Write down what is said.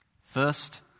First